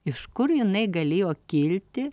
iš kur jinai galėjo kilti